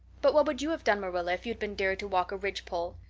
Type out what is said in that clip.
but what would you have done, marilla, if you had been dared to walk a ridgepole?